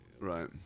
Right